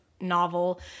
novel